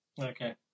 okay